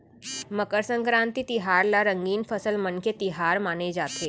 मकर संकरांति तिहार ल रंगीन फसल मन के तिहार माने जाथे